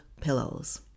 pillows